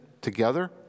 together